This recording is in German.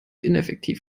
ineffektiv